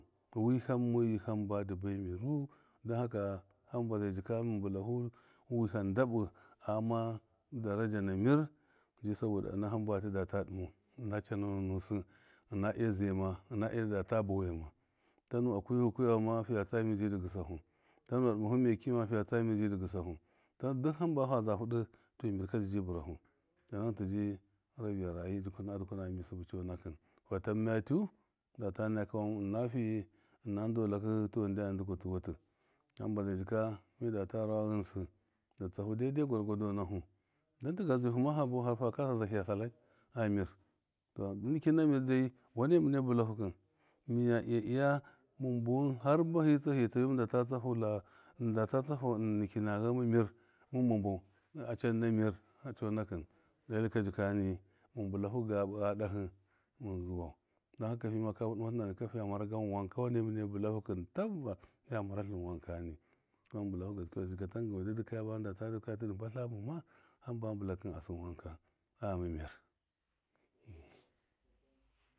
Ham mɔyu hamba ndi bai mɨru dɔn haka hamba zai jika mun bulahu wiham ndabu aghama daraja namɨr ji sabɔda ina hamba data dimai ina cɔnanɔ nusɨ ina azama ina inadata bawaima tanu a kwifu kwiyama fiya tsa! Mɨr ndi bawaihu tanga dimaha makima fiya tsamɨr ndi bawahu dɔn duk hamba faa zahudɔ tɔ kamɨr ji buraha cɔnakṫ tiji rahɨ na raji a dukuna mami subɨ cɔnakṫ falan malɨ ina fii ina dɔlakɨ tɔ nndiyan ndi kati wuti hamba zai jika midata rawa ghɨnsɨ ndi tsabe daidai kwagwadɔ nahu dɔn tiga buwahu fa kasa zahiya saki a mɨr nikin na mirdai wund mund bulahu kɨ mɨya iza iya man buwun har ba hi tsahiya tsuwai mundata shahau lar munda nikin na ghama mɨr muma bau a can na mɨr cɔnakɨ mubulaha sabu adahṫn mun zuwau don haka tubbas niya mara ltin wanka dɔn mun bulana gaski yawa tanganwi di ndikaya hamba mun bulakṫ asṫn wanka agnama mɨr.